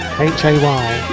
H-A-Y